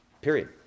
Period